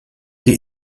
die